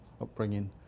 upbringing